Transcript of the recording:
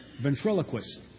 ventriloquist